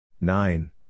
nine